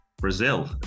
Brazil